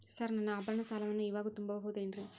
Sir ನನ್ನ ಆಭರಣ ಸಾಲವನ್ನು ಇವಾಗು ತುಂಬ ಬಹುದೇನ್ರಿ?